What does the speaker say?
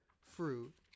fruit